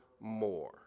more